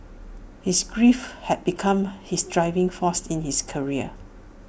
his grief had become his driving force in his career